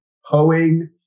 hoeing